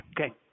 Okay